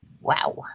wow